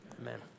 Amen